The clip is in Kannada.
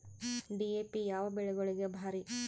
ಡಿ.ಎ.ಪಿ ಯಾವ ಬೆಳಿಗೊಳಿಗ ಭಾರಿ?